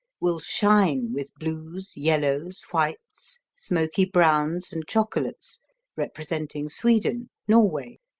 will shine with blues, yellows, whites, smoky browns, and chocolates representing sweden, norway,